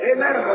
Amen